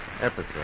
episode